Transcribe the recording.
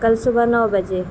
کل صبح نو بجے